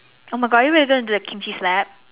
oh my God are you really gonna do the Kimchi slap